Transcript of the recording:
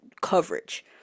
coverage